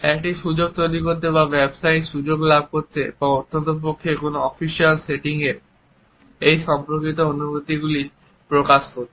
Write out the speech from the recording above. একটি সুযোগ তৈরি করতে বা ব্যবসার সুযোগ লাভ করতে বা অন্ততপক্ষে কোনো অফিসিয়াল সেটিংয়ে এই সম্পর্কিত অনুভূতিগুলি প্রকাশ করতে